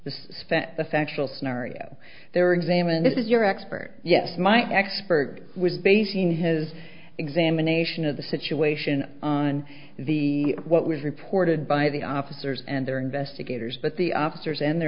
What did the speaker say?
fence the factual scenario they were examined this is your expert yes my expert was basing his examination of the situation on the what was reported by the officers and their investigators but the opposite and their